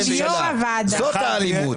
זאת האלימות.